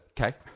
Okay